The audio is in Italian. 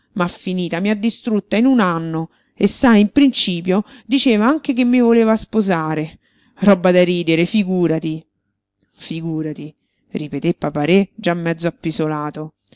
m'ha finita mi ha distrutta in un anno e sai in principio diceva anche che mi voleva sposare roba da ridere figúrati figúrati ripeté papa-re già mezzo appisolato